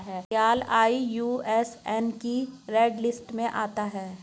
घड़ियाल आई.यू.सी.एन की red list में आता है